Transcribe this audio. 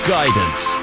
Guidance